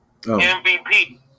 MVP